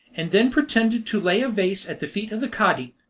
and then pretended to lay a vase at the feet of the cadi,